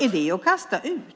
Är det att kasta ut?